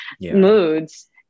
moods